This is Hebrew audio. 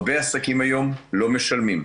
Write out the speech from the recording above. הרבה העסקים היום לא משלמים,